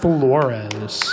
Flores